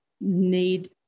need